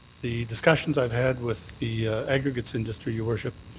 the discussions i've had with the aggregates industry, your worship,